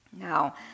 Now